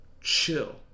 chill